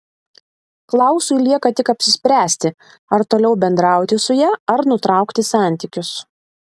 klausui lieka tik apsispręsti ar toliau bendrauti su ja ar nutraukti santykius